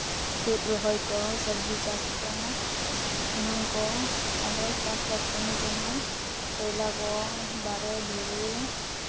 ᱛᱩᱫ ᱨᱚᱦᱚᱭ ᱠᱚ ᱥᱚᱵᱽᱡᱤ ᱪᱟᱥ ᱠᱚ ᱮᱢᱟᱱ ᱠᱚ ᱟᱨᱦᱚᱸ ᱪᱟᱥᱵᱟᱥ ᱠᱟᱹᱢᱤ ᱠᱚᱦᱚᱸ ᱠᱚᱭᱞᱟ ᱠᱚ ᱫᱟᱨᱮ ᱫᱷᱤᱨᱤ